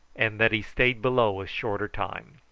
and that he stayed below a shorter time.